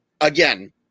again